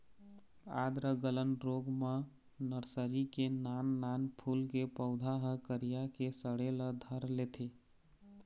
आद्र गलन रोग म नरसरी के नान नान फूल के पउधा ह करिया के सड़े ल धर लेथे